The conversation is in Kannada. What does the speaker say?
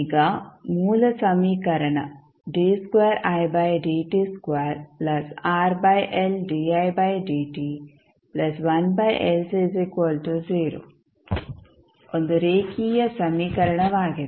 ಈಗ ಮೂಲ ಸಮೀಕರಣ ಒಂದು ರೇಖೀಯ ಸಮೀಕರಣವಾಗಿದೆ